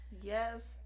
yes